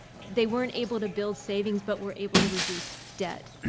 they weren't able to build savings but were able to reduce debt,